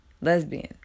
lesbian